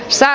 sää